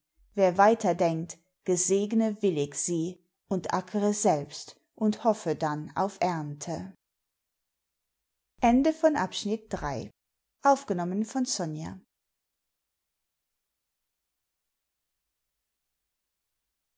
wer weiter denkt gesegne willig sie und ackre selbst und hoffe dann auf ernte